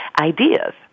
ideas